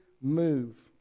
move